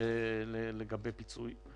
לגבי פיצוי.